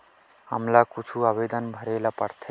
हमला कुछु आवेदन भरेला पढ़थे?